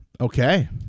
Okay